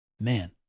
man